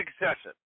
excessive